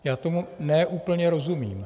Já tomu ne úplně rozumím.